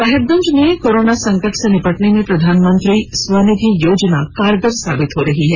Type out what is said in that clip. साहेबगंज में कोरोना संकट से निपटने में प्रधानमंत्री स्वनिधि योजना कारगर साबित हो रही है